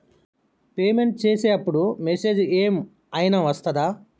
Payment చేసే అప్పుడు message ఏం ఐనా వస్తదా?